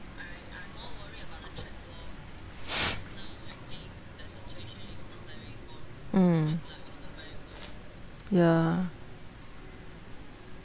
mm ya